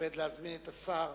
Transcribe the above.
מתכבד להזמין את השר